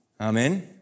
Amen